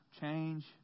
change